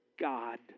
God